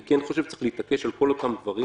אני כן חושב שצריך להתעקש על כל אותם דברים